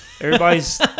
everybody's